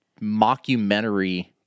mockumentary